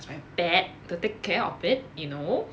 as my pet to take care of it you know